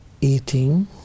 eating